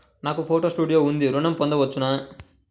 నాకు photo studio ఉంది ఋణం పొంద వచ్చునా?